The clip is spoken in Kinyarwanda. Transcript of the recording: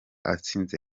atsinze